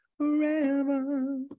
forever